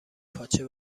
پاچه